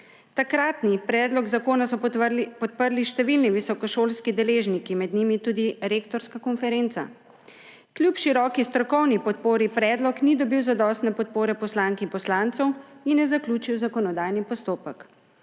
Takratni predlog zakona so podprli številni visokošolski deležniki, med njimi tudi Rektorska konferenca. Kljub široki strokovni podpori predlog ni dobil zadostne podpore poslank in poslancev in je zaključil zakonodajni postopek.